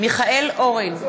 מיכאל אורן,